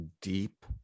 deep